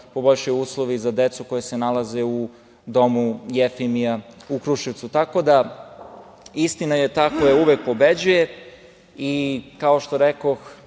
poboljšaju uslovi za decu koja se nalaze u domu „Jefimija“ u Kruševcu. Istina je ta koja uvek pobeđuje i, kao što rekoh,